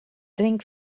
drink